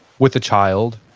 with a child,